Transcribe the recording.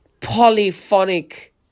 polyphonic